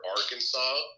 Arkansas